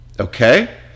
okay